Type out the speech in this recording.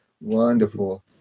Wonderful